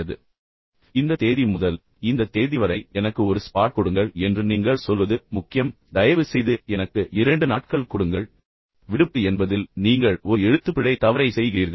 எனவே இந்த தேதி முதல் இந்த தேதி வரை எனக்கு ஒரு ஸ்பாட் கொடுங்கள் என்று நீங்கள் சொல்வது முக்கியம் தயவுசெய்து எனக்கு இரண்டு நாட்கள் கொடுங்கள் பின்னர் விடுப்பு விடுப்பு என்பதில் நீங்கள் ஒரு எழுத்துப்பிழை தவறை செய்கிறீர்கள்